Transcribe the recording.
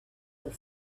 were